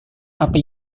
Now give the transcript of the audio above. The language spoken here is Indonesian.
apa